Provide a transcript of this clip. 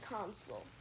console